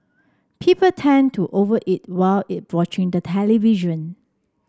people tend to over eat while eat watching the television